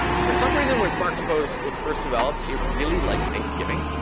for some reason, when smart compose was first developed, it really liked thanksgiving.